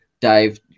Dave